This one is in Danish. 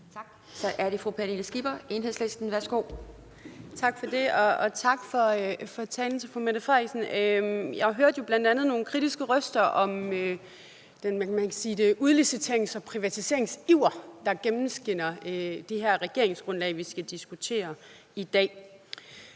Så er det fru Pernille Skipper, Enhedslisten. Værsgo. Kl. 10:19 Pernille Skipper (EL): Tak for det, og tak til fru Mette Frederiksen for talen. Jeg hørte bl.a. nogle kritiske røster om den udliciterings- og privatiseringsiver, der gennemsyrer det her regeringsgrundlag, som vi skal diskutere i dag.